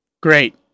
Great